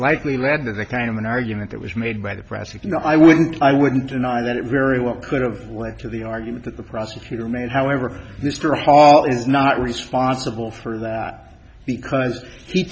likely led to the kind of an argument that was made by the press and no i wouldn't i wouldn't deny that it very well could have led to the argument that the prosecutor made however mr hall is not responsible for that because he